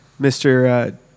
Mr